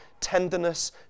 tenderness